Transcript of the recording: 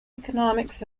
economics